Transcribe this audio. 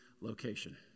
location